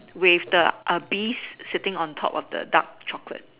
with the err bees sitting on top of the dark chocolate